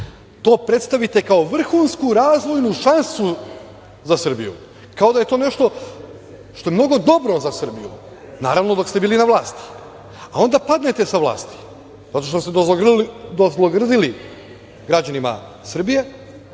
to predstavite kao vrhunsku razvojnu šansu za Srbiju, kao da je to nešto što je mnogo dobro za Srbiju, naravno dok ste bili na vlasti, a onda padnete sa vlasti, zato što ste dozlogrdili građanima Srbije,